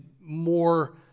more